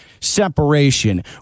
separation